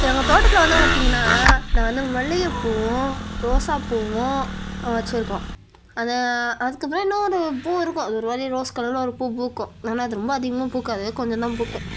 எங்கள் தோட்டத்தில் வந்து பார்த்திங்கன்னா நான் வந்து மல்லிகை பூவும் ரோசா பூவும் வச்சிருக்கோம் அது அதுக்கப்புறோம் இன்னொது பூ இருக்கும் அது ஒருமாதிரி ரோஸ் கலரில் ஒரு பூ பூக்கும் ஆனால் அது ரொம்ப அதிகமாக பூக்காது கொஞ்சம் தான் பூக்கும்